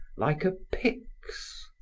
like a pyx.